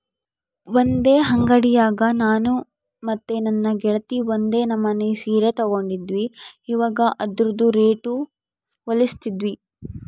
ಒಂದೇ ಅಂಡಿಯಾಗ ನಾನು ಮತ್ತೆ ನನ್ನ ಗೆಳತಿ ಒಂದೇ ನಮನೆ ಸೀರೆ ತಗಂಡಿದ್ವಿ, ಇವಗ ಅದ್ರುದು ರೇಟು ಹೋಲಿಸ್ತಿದ್ವಿ